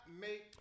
make